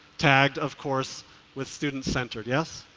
tagged of course with student-centered, yes?